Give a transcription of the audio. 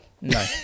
No